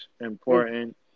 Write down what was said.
important